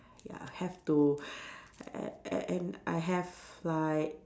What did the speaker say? ya have to a~ a~ and I have like